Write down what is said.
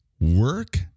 work